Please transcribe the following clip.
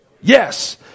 Yes